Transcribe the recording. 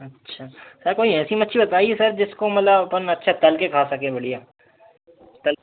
अच्छा सर कोई ऐसी मच्छली बताइए सर जिसको मतलब अपन अच्छे तल कर खा सकें बढ़िया तल